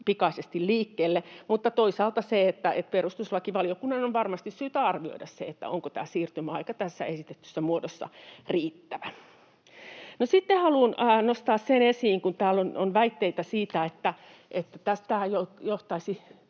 pikaisesti liikkeelle. Mutta toisaalta perustuslakivaliokunnan on varmasti syytä arvioida se, onko tämä siirtymäaika tässä esitetyssä muodossa riittävä. No, sitten haluan nostaa esiin sen, kun täällä on väitteitä siitä, että tämä esitys